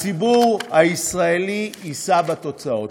הציבור הישראלי יישא בתוצאות.